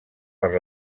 per